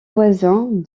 voisins